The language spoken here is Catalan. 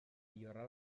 millorar